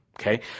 okay